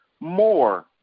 more